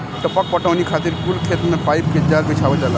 टपक पटौनी खातिर कुल खेत मे पाइप के जाल बिछावल जाला